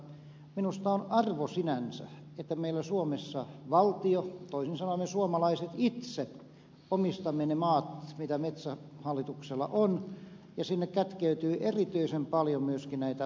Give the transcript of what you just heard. mutta minusta on arvo sinänsä että meillä suomessa valtio toisin sanoen me suomalaiset itse omistamme ne maat mitä metsähallituksella on ja sinne kätkeytyy erityisen paljon myöskin luontoarvoja